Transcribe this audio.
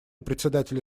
председателя